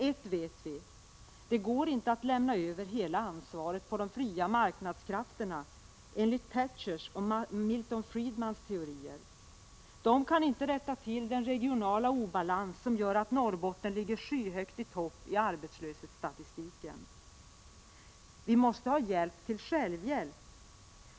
Ett vet vi: Det går inte att lämna över hela ansvaret på de fria marknadskrafterna enligt Thatchers och Milton Friedmans teorier. De kan inte rätta till den regionala obalans som gör att Norrbotten ligger skyhögt i topp i arbetslöshetsstatistiken. Vi måste ha hjälp till självhjälp.